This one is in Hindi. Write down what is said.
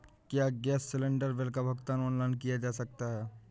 क्या गैस सिलेंडर बिल का भुगतान ऑनलाइन किया जा सकता है?